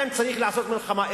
לכן צריך לעשות מלחמה.